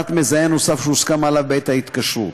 פרט מזהה נוסף שהוסכם עליו בעת ההתקשרות.